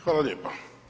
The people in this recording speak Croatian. Hvala lijepo.